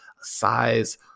size